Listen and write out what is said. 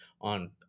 on